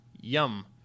Yum